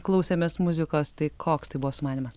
klausėmės muzikos tai koks tai buvo sumanymas